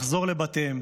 לחזור לבתם,